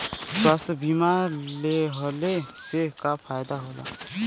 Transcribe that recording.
स्वास्थ्य बीमा लेहले से का फायदा होला?